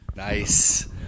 Nice